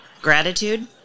gratitude